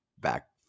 back